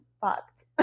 fucked